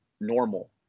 normal